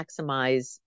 maximize